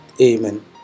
Amen